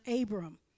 Abram